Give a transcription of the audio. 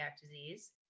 disease